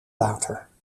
water